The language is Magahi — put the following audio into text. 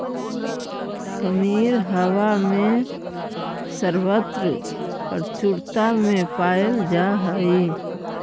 खमीर हवा में सर्वत्र प्रचुरता में पायल जा हई